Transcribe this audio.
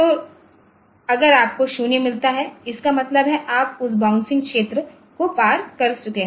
तो अगर आपको 0 मिलता है इसका मतलब है आप उस बाउंसिंग क्षेत्र पार कर चुके हैं